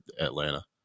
Atlanta